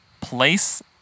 place